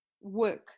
work